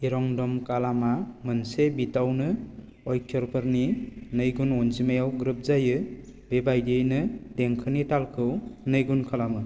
इरंदम कालमआ मोनसे बीटावनो अक्षरफोरनि नैगुन अनजिमायाव ग्रोब जायो बेबादियैनो देंखोनि तालखौ नैगुन खालामो